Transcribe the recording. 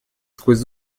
сквозь